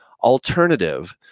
Alternative